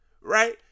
right